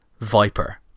Viper